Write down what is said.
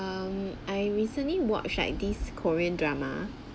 um I recently watch like these korean drama